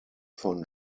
von